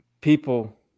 people